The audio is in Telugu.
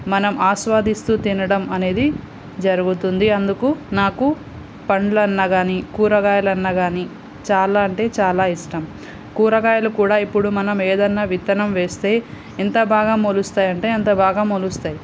మనం ఆస్వాదిస్తూ తినడం అనేది జరుగుతుంది అందుకు నాకు పండ్లన్నా కానీ కూరగాయలన్నా కానీ చాలా అంటే చాలా ఇష్టం కూరగాయలు కూడా ఇప్పుడు మనం ఏదన్నా విత్తనం వేస్తే ఎంత బాగా మొలుస్తాయంటే అంత బాగా మొలుస్తాయి